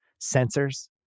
sensors